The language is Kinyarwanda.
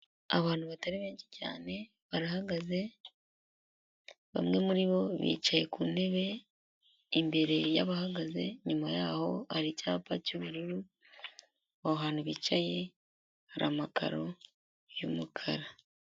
Abantu batari benshi cyane barahagaze, bamwe muri bo bicaye ku ntebe imbere y'abahagaze, inyuma yaho hari icyapa cy'ubururu, aho bantu bicaye hari amakaro y'umukara.